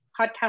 podcast